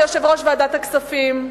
כיושב-ראש ועדת הכספים,